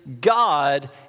God